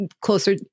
closer